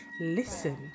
listen